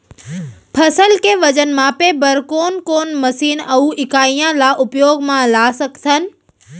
फसल के वजन मापे बर कोन कोन मशीन अऊ इकाइयां ला उपयोग मा ला सकथन?